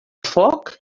foc